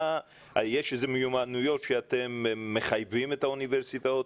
יש מיומנויות שאתם מחייבים את האוניברסיטאות,